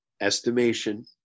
estimation